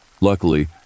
Luckily